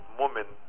woman